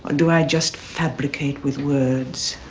do i just fabricate with words,